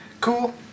Cool